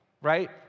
right